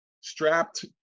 strapped